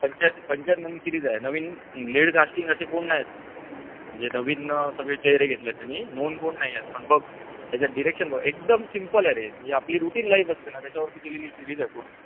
पंचायत पंचायत म्हणून सिरीज आहे नवीन लेड कास्टिंग असे कोण नाहीत म्हणजे नवीन सगळे चेहरे घेतले आहेत त्यांनी नोन कोण नाही आहेत पण बघ त्याच्या डिरेक्शन बघ एकदम सिम्पल रे म्हणजे आपली रुटीन लाईफ असते ना त्याच्यावरती केलेली सिरीज आहे पूर्ण